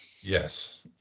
Yes